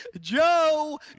Joe